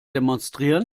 demonstrieren